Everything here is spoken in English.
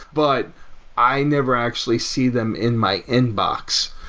but i never actually see them in my inbox.